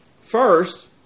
First